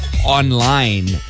Online